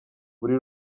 buri